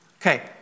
Okay